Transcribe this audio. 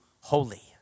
holy